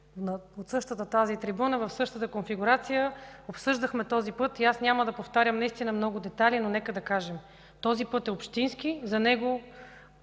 от същата тази трибуна, в същата конфигурация обсъждахме този път и аз няма да повтарям наистина много детайли, но нека да кажа: този път е общински. За него